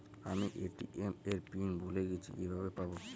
আমি এ.টি.এম এর পিন ভুলে গেছি কিভাবে পাবো?